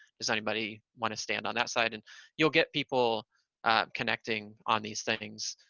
does anybody want to stand on that side? and you'll get people connecting on these things,